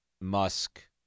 Musk